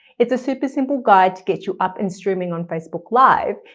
it's a super simple guide to get you up and streaming on facebook live,